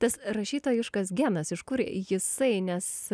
tas rašytojiškas genas iš kur jisai nes